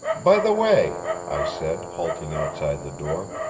by the way, i said, halting outside the door,